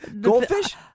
goldfish